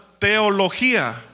teología